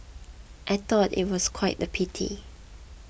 I thought it was quite a pity